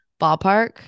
ballpark